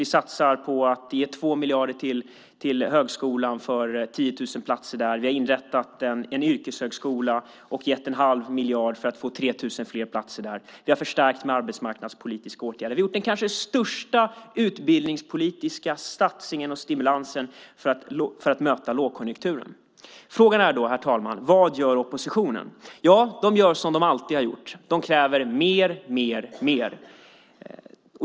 Vi satsar 2 miljarder på högskolan för 10 000 platser där. Vi har inrättat en yrkeshögskola och gett en halv miljard för att få 3 000 fler platser där. Vi har förstärkt med arbetsmarknadspolitiska åtgärder. Vi har gjort den kanske största utbildningspolitiska satsningen för att möta lågkonjunkturen. Frågan är då, herr talman: Vad gör oppositionen? De gör som de alltid har gjort. De kräver mer, mer, mer.